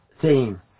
theme